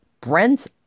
Brent